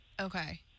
Okay